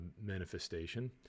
manifestation